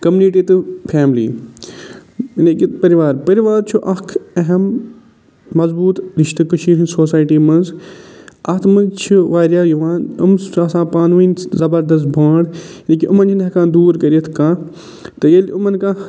community تہِ family یعنی کہ پٕروار پٔروار چھِ اَکھ اَہَم مضبوٗط رِشتہٕ کٔشیٖرِ ہٕنٛدۍ سوسایٹی منٛز اَتھ منٛز چھِ واریاہ یِوان أمِس چھِ آسان پانہٕ وٲنۍ زبردَس بانٛڈ یہِ کہ یِمَن چھِنہٕ ہٮ۪کان دوٗر کٔرِتھ کانٛہہ تہٕ ییٚلہٕ یِمَن کانٛہہ